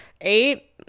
eight